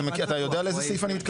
אתה יודע על איזה סעיף אני מתכוון?